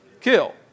kill